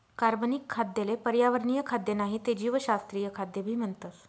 कार्बनिक खाद्य ले पर्यावरणीय खाद्य नाही ते जीवशास्त्रीय खाद्य भी म्हणतस